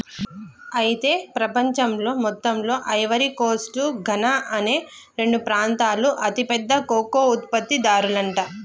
అయితే ప్రపంచంలో మొత్తంలో ఐవరీ కోస్ట్ ఘనా అనే రెండు ప్రాంతాలు అతి పెద్ద కోకో ఉత్పత్తి దారులంట